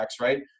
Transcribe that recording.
right